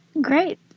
Great